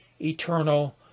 eternal